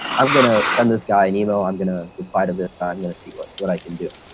i'm going to send this guy an email. i'm going to reply to this guy. i'm going to see what what i can do.